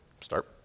start